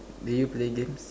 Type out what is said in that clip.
do you play games